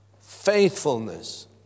Faithfulness